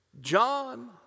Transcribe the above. John